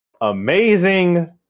Amazing